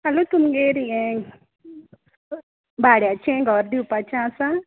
hello तुमगेर यें भाड्याचें घर दिवपाचें आसा